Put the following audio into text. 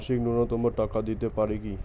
মাসিক নূন্যতম কত টাকা দিতে পারি?